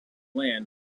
land